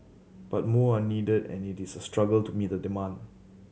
but more are needed and it is a struggle to meet demand